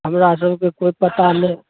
हमरा सबके कोइ पता नहि